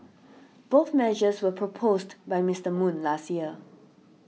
both measures were proposed by Mister Moon last year